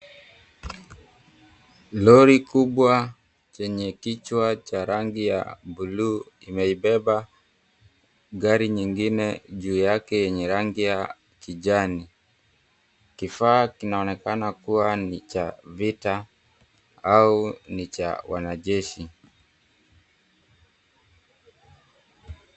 Lori kubwa cha rangi ya buluu imeibeba gari nyingine juu yake yenye rangi ya kijani. Kifaa kinaonekana kuwa ni cha vita au ni cha wanajeshi.